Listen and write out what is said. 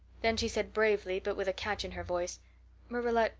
then she said bravely, but with a catch in her voice marilla,